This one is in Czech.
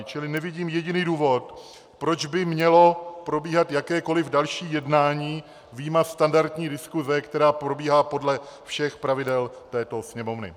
Čili nevidím jediný důvod, proč by mělo probíhat jakékoliv další jednání vyjma standardní diskuse, která probíhá podle všech pravidel této Sněmovny.